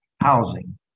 housing